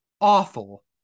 awful